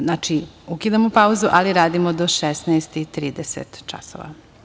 Znači, ukidamo pauzu, ali radimo do 16,30 časova.